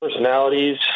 personalities